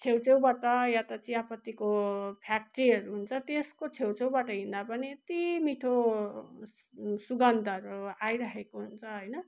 छेउ छेउबाट या त चियापत्तीको फ्याक्ट्रीहरू हुन्छ त्यसको छेउ छेउबाट हिँड्दा पनि यति मिठो सुगन्धहरू आइराखेको हुन्छ होइन